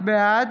בעד